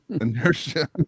inertia